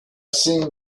seen